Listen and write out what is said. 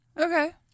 Okay